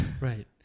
Right